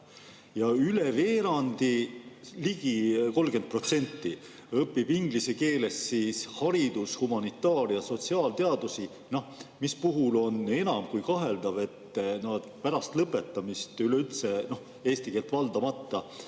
Üle veerandi, ligi 30% õpib inglise keeles haridus‑, humanitaar‑ ja sotsiaalteadusi, mispuhul on enam kui kaheldav, et nad pärast lõpetamist eesti keelt valdamata